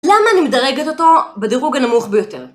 למה אני מדרגת אותו בדירוג הנמוך ביותר?